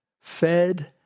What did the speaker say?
fed